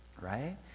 Right